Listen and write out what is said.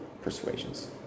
persuasions